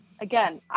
again